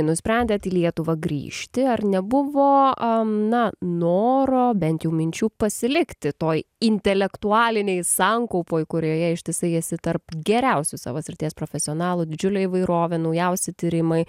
nusprendėt į lietuvą grįžti ar nebuvo a na noro bent jau minčių pasilikti toj intelektualinėj sankaupoj kurioje ištisai esi tarp geriausių savo srities profesionalų didžiulė įvairovė naujausi tyrimai